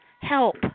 help